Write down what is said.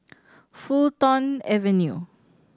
Fulton Avenue